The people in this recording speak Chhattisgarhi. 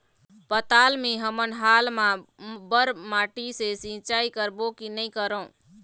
पताल मे हमन हाल मा बर माटी से सिचाई करबो की नई करों?